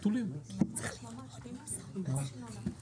במרכז השלטון המקומי, תומכים בחוק הזה.